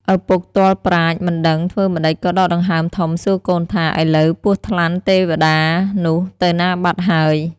ឪពុកទាល់ប្រាជ្ញ មិនដឹងធ្វើម្ដេចក៏ដកដង្ហើមធំសួរកូនថា ឥឡូវពស់ថ្លាន់ទេវតាននោះទៅណាបាត់ហើយ។